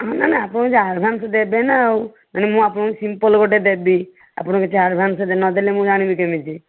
ହଁ ନା ନା ଆପଣ ଯାହା ଆଡ଼ଭାନ୍ସ ଦେବେ ନା ଆଉ ନହେଲେ ମୁଁ ଆପଣଙ୍କୁ ସ୍ୟାମ୍ପଲ୍ ଗୋଟେ ଦେବି ଆପଣ ମୋତେ ଆଡ଼ଭାନ୍ସ ନଦେଲେ ମୁଁ ଜାଣିବି କେମିତି